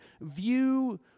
view